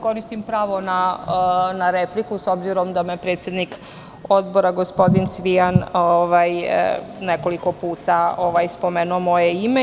Koristim pravo na repliku, s obzirom da je predsednik odbora, gospodin Cvijan, nekoliko puta spomenuo moje ime.